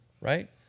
right